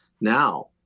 now